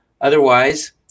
Otherwise